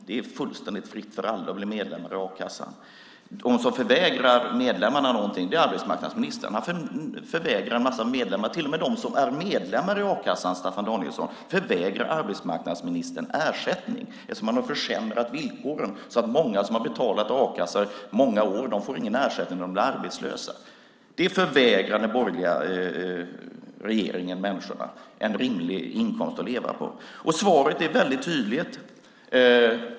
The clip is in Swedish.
Det är fullständigt fritt för alla att bli medlemmar i a-kassan. Den som förvägrar medlemmarna något är arbetsmarknadsministern. Han förvägrar till och med dem som är medlemmar i a-kassan ersättning eftersom han har försämrat villkoren så att många som har betalat a-kassa i många år inte får någon ersättning när de blir arbetslösa. Detta förvägrar den borgerliga regeringen människorna - en rimlig inkomst att leva på. Svaret är tydligt.